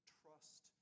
trust